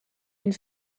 une